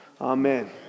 Amen